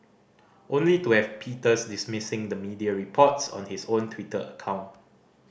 only to have Peters dismissing the media reports on his own Twitter account